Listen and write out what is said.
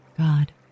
God